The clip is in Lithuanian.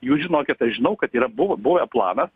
jūs žinokit aš žinau kad yra buvo buvo planas